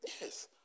Yes